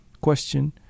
question